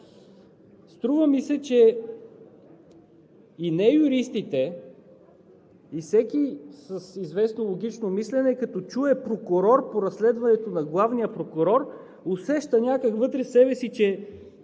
Струва ми се, че и не-юристите, и всеки с известно логично мислене, като чуе „прокурор по разследването на главния прокурор“ усеща някак вътре в себе си, че